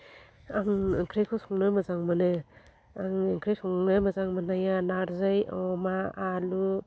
आं ओंख्रिखौ संनो मोजां मोनो आं ओंख्रि संनो मोजां मोननाया नारजै अमा आलु